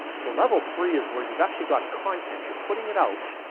so level three is where you've actually got content. you're putting it out.